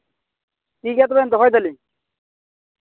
ᱴᱷᱤᱠ ᱜᱮᱭᱟ ᱛᱚᱵᱮ ᱫᱚᱦᱚᱭ ᱫᱟᱹᱞᱤᱧ